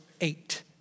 eight